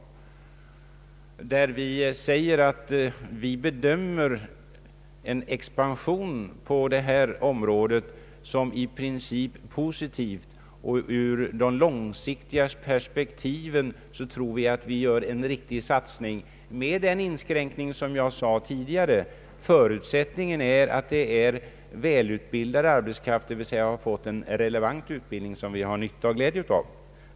I vår egen kommentar till enkäten säger vi att expansionen på utbildningens område i princip bör bedömas som positiv. Sett ur långsiktiga perspektiv tror vi att det är en riktig satsning som görs, dock med den inskränkning jag tidigare nämnde: förutsättningen är att arbetskraften är välutbildad, d. v. s. att den har fått en utbildning som är relevant och som den har glädje och nytta av.